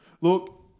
Look